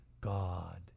God